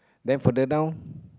then further down